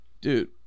Dude